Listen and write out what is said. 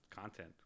content